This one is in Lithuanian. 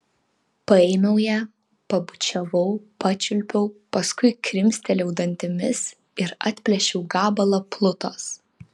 paėmiau ją pabučiavau pačiulpiau paskui krimstelėjau dantimis ir atplėšiau gabalą plutos